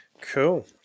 cool